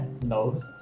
No